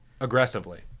aggressively